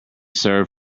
served